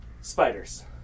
spiders